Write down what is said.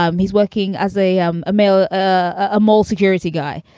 um he's working as a um a mail a mall security guy.